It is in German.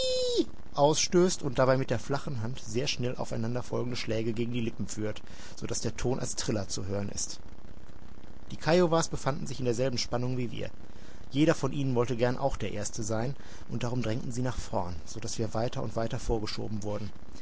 ausstößt und dabei mit der flachen hand sehr schnell aufeinander folgende schläge gegen die lippen führt so daß der ton als triller zu hören ist die kiowas befanden sich in derselben spannung wie wir jeder von ihnen wollte gern auch der erste sein und darum drängten sie nach vorn so daß wir weiter und weiter vorgeschoben wurden